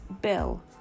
bill